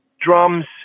drums